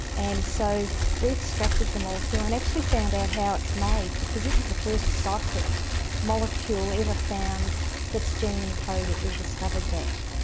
and so we extracted the molecule and actually found out how it's made because this is the first cyclic molecule ever found that's gene encoded, we discovered that.